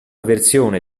versione